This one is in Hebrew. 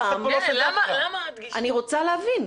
אני רוצה להבין.